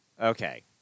Okay